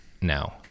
now